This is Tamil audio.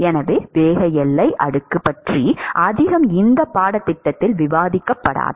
எனவே வேக எல்லை அடுக்கு பற்றி அதிகம் இந்த பாடத்திட்டத்தில் விவாதிக்கப்படாது